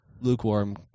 lukewarm